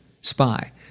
spy